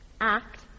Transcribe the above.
Act